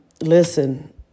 listen